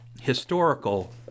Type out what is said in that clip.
historical